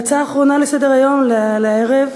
ההצעה האחרונה לסדר-היום להערב: